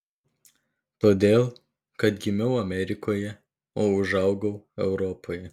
todėl kad gimiau amerikoje o užaugau europoje